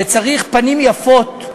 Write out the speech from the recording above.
שצריך פנים יפות,